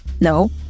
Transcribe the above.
No